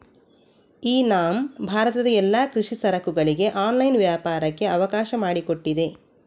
E NAM ಭಾರತದ ಎಲ್ಲಾ ಕೃಷಿ ಸರಕುಗಳಿಗೆ ಆನ್ಲೈನ್ ವ್ಯಾಪಾರಕ್ಕೆ ಅವಕಾಶ ಮಾಡಿಕೊಟ್ಟಿದೆ